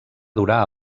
durar